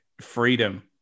freedom